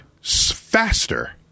faster